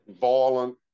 violent